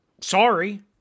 sorry